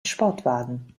sportwagen